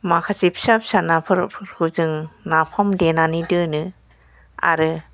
माखासे फिसा फिसा नाफोर फोरखौ जोङो नाफाम देनानै दोनो आरो